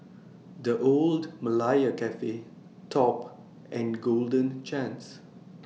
The Old Malaya Cafe Top and Golden Chance